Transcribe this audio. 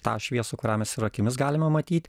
tą šviesą kurią mes ir akimis galime matyt